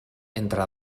entre